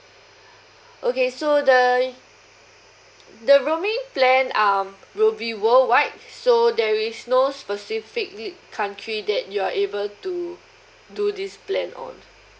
okay so the uh the the roaming plan um will be worldwide so there is no specific it country that you're able to do this plan on